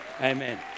Amen